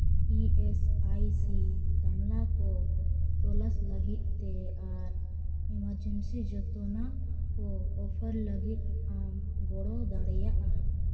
E S I C ᱛᱟᱞᱢᱟ ᱠᱚ class ᱞᱟᱹᱜᱤᱫ ᱛᱮ ᱟᱨ ᱚᱱᱟ ᱡᱚᱢ ᱥᱮ ᱡᱚᱛᱚᱱᱟᱜ ᱠᱚ ᱚᱯᱷᱟᱨ ᱞᱟᱹᱜ ᱤᱫ ᱟᱢ ᱜᱚᱲᱚ ᱫᱟᱲᱮᱭᱟᱜᱼᱟ